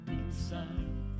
inside